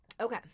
Okay